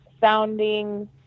sounding